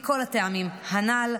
מכל הטעמים הנ"ל,